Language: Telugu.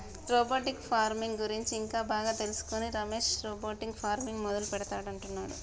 రోబోటిక్ ఫార్మింగ్ గురించి ఇంకా బాగా తెలుసుకొని రమేష్ రోబోటిక్ ఫార్మింగ్ మొదలు పెడుతా అంటున్నాడు